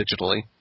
digitally